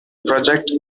project